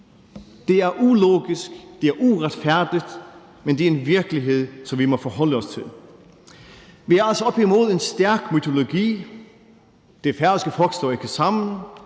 Det er ulogisk og uretfærdigt, men det er en virkelighed, som vi må forholde os til. Vi er altså oppe imod en stærk mytologi; det færøske folk står ikke sammen;